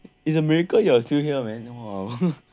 it's miracle you are still here man !wow! !wow!